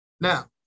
now